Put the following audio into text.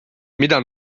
mida